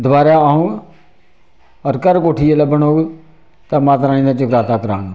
दबारा औङ होर घर कोठी जोलै बनग ते माता रानी दा जगराता कराङ